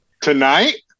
Tonight